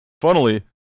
funnily